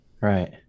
right